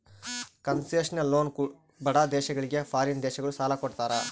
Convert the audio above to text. concessional loan ಬಡ ದೇಶಗಳಿಗೆ foreign ದೇಶಗಳು ಸಾಲ ಕೊಡ್ತಾರ